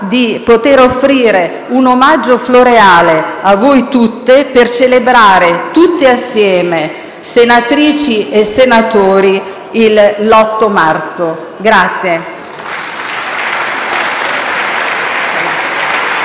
di poter offrire un omaggio floreale a voi tutte per celebrare tutti assieme, senatrici e senatori, l'8 marzo. *(Gli